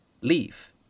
leave